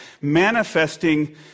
manifesting